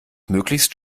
möglichst